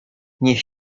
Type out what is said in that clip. niech